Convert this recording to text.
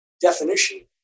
definition